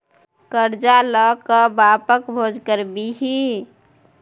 करजा ल कए बापक भोज करभी?